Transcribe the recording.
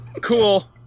Cool